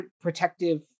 protective